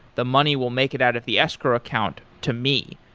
the money will make it out of the escrow account to me.